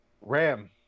Ram